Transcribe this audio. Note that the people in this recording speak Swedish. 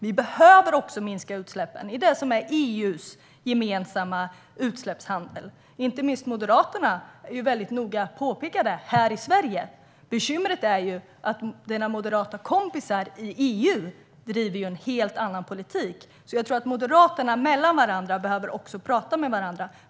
Vi behöver även minska utsläppen i det som är EU:s gemensamma utsläppshandel. Inte minst Moderaterna är väldigt noga med att påpeka detta här i Sverige; bekymret är att era moderata kompisar i EU driver en helt annan politik. Jag tror alltså att moderaterna behöver prata med varandra.